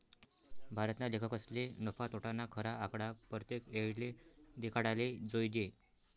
भारतना लेखकसले नफा, तोटाना खरा आकडा परतेक येळले देखाडाले जोयजे